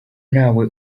ntawe